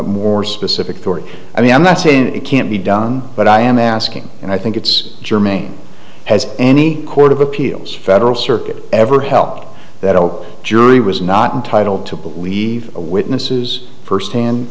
more specific story i mean i'm not saying it can't be done but i am asking and i think it's germane has any court of appeals federal circuit ever helped that oh jury was not entitled to believe a witness's firsthand